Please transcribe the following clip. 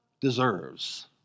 deserves